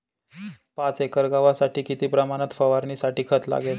पाच एकर गव्हासाठी किती प्रमाणात फवारणीसाठी खत लागेल?